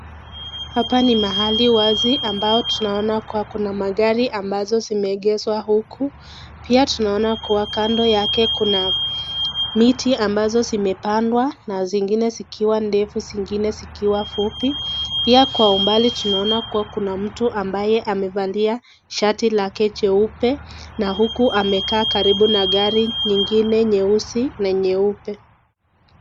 Hapa ni mahali wazi ambao tunaona kuwa kuna magari ambazo zimeegezwa huku, pia tunaona kuwa kando yake kuna miti ambazo zimependwa na zingine zikiwa ndefu, zingine zikiwa fupi. Pia kwa umbali tunaona kuwa kuna mtu ambaye amevalia shati lake cheupe. Na huku amekaa karibu na gari nyingine nyeusi na nyeupe .